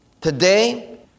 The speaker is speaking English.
Today